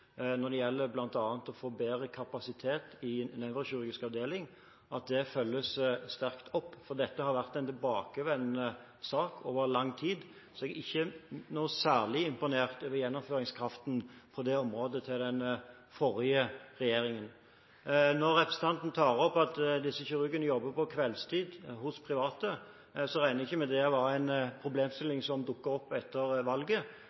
når det bl.a. gjelder å få bedre kapasitet ved nevrokirurgisk avdeling, følges nøye opp. Dette har vært en tilbakevendende sak over lang tid, så jeg er ikke særlig imponert over gjennomføringskraften til den forrige regjeringen på dette området. Når representanten tar opp at disse kirurgene jobber på kveldstid hos private, regner jeg med at det ikke var en problemstilling som dukket opp etter valget.